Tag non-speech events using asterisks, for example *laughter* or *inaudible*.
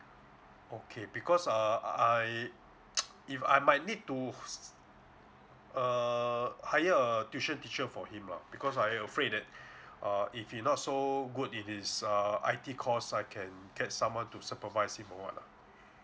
okay because err I *noise* if I might need to s~ err hire a tuition teacher for him lah because I afraid that uh if he not so good in his err I_T course I can get someone to supervise him or what ah